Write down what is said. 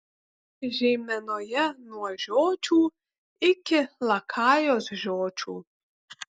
žeimenoje nuo žiočių iki lakajos žiočių